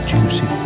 Juicy